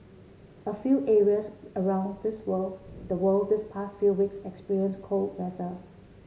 a few areas around this world the world this pass few weeks experience cold weather